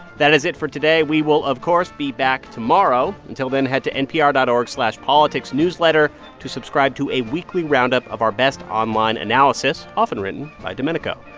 that is it for today. we will, of course, be back tomorrow. until then, head to npr dot org slash politicsnewsletter to subscribe to a weekly roundup of our best online analysis, often written by domenico,